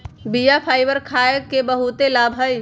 बीया फाइबर खाय के बहुते लाभ हइ